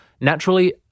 naturally-